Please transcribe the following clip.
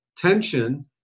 Tension